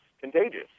contagious